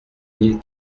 mille